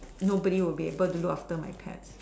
nobody would be able to look after my pets